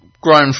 grown